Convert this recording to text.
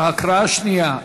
הקראה שנייה.